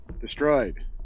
Destroyed